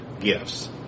gifts